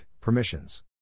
permissions